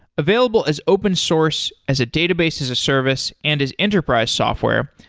available as open source as a database as a service and as enterprise software,